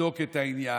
נבדוק את העניין.